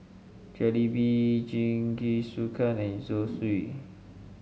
Jalebi Jingisukan and Zosui